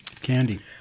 Candy